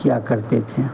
किया करते थे